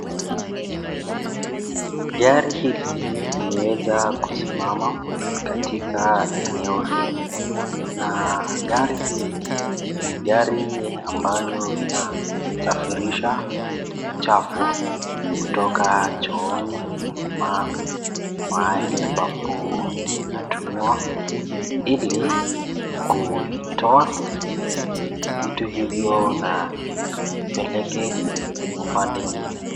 Gari hili limewesa kusimama katika eneo hili na gari ni gari ambayo inasafirisha chafu kutoka jooni na mahali ambapo inatumiwa hili kuitoa vitu hivo kupeleka kwenye upande ingine.